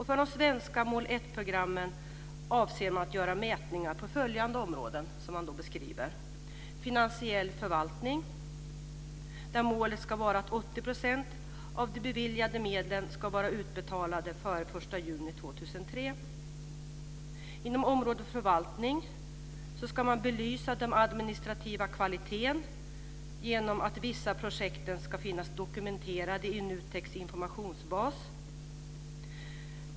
För de svenska mål 1-programmen avser man att göra mätningar på följande tre områden: Inom området förvaltning ska man belysa den administrativa kvaliteten genom att vissa av projekten ska finnas dokumenterade i NUTEK:s informationsbas.